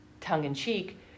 tongue-in-cheek